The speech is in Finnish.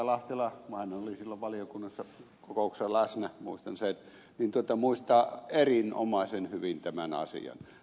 lahtela hän oli silloin valiokunnassa kokouksessa läsnä muistan sen muistaa erinomaisen hyvin tämä asian